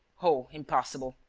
oh, impossible!